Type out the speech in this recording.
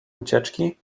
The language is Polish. ucieczki